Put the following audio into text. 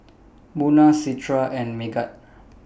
Munah Citra and Megat